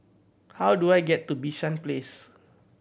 how do I get to Bishan Place